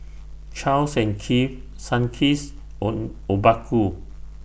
Charles and Keith Sunkist and Obaku